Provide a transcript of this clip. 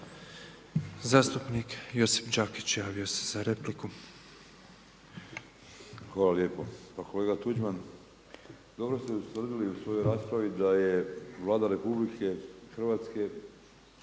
Zastupnik Josip Đakić javio se za repliku.